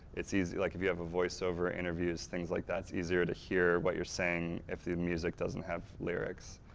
it's easy, so like if you have a voice over, interviews, things like that it's easier to hear what you're saying if the music doesn't have lyrics.